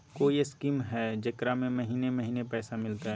कोइ स्कीमा हय, जेकरा में महीने महीने पैसा मिलते?